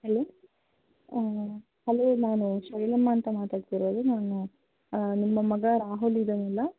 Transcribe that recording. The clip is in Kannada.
ಹಲೋ ಹಾಂ ಹಲೋ ನಾನು ಶೈಲಮ್ಮ ಅಂತ ಮಾತಾಡ್ತಿರೋದು ನಾನು ನಿಮ್ಮ ಮಗ ರಾಹುಲ್ ಇದ್ದಾನಲ್ಲ